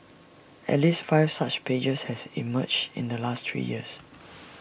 at least five such pages has emerged in the last three years